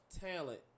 talent